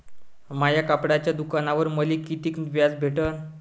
माया कपड्याच्या दुकानावर मले कितीक व्याज भेटन?